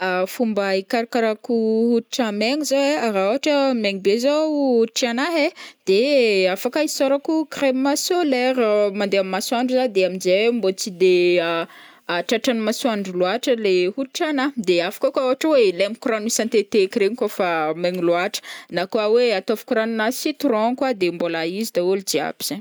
Fomba hikarakarako hoditra maigna zao ai raha ohatra maigny be zao hoditranahy ai de afaka hisôrako crème solaire mandeha am' masoandro zah de am'jay mbô tsy de tratran' masoandro loatra le hoditranahy de afaka koa ohatra hoe lemako rano isan-teteky regny kaofa maigny loatra na koa hoe ataovako ranonà citron koa de mbôla izy daholo jiaby zegny.